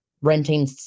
renting